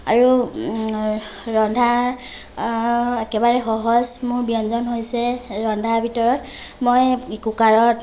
আৰু ৰন্ধা একেবাৰে সহজ মোৰ ব্যঞ্জন হৈছে ৰন্ধাৰ ভিতৰত মই কুকাৰত